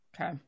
Okay